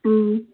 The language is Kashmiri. اۭں